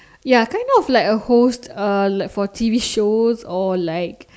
ya kind of like a host uh like for T_V shows or like